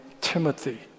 Timothy